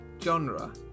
genre